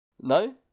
No